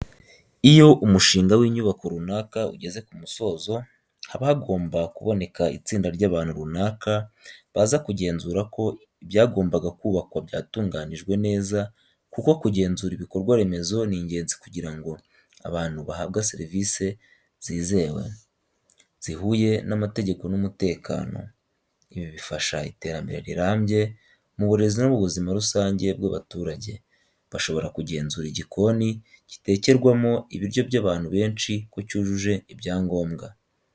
Iyo umushinga w'inyubako runaka ugeze ku musozo, haba hagomba kuboneka itsinda ry'abantu runaka baza kugenzura ko ibyagombaga kubakwa byatunganijwe neza kuko Kugenzura ibikorwa remezo ni ingenzi kugira ngo abantu bahabwa serivisi zizewe, zihuye n’amategeko n’umutekano. Ibi bifasha iterambere rirambye mu burezi no mu buzima rusange bw'abaturage. Bashobora kugenzura igikoni gitekerwamo ibiryo by'abantu benshi ko cyujuje ibyangombwa.